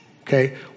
Okay